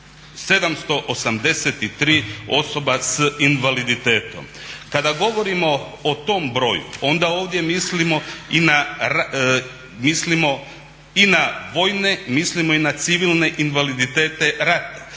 783 osoba sa invaliditetom. Kada govorimo o tom broju onda ovdje mislimo i na vojne, mislimo i na civilne invaliditete rata,